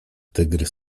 tygrys